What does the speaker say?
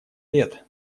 лет